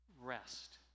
rest